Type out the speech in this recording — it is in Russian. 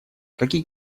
какие